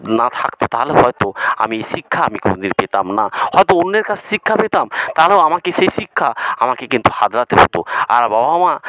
না থাকত তাহলে হয়ত আমি শিক্ষা আমি কোনও দিনই পেতাম না হয়ত অন্যের কাছে শিক্ষা পেতাম তারাও আমাকে সেই শিক্ষা আমাকে কিন্তু হারাতে হতো আর বাবা মা